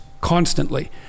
constantly